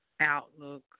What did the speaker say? Outlook